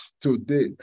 today